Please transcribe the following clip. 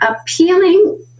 appealing